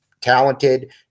talented